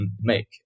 make